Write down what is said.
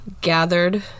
gathered